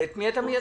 ואת מי אתה מייצג.